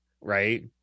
right